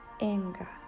anger